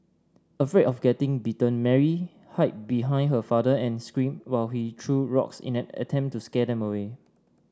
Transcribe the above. afraid of getting bitten Mary hid behind her father and screamed while he threw rocks in an attempt to scare them away